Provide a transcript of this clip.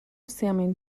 salmon